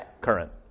current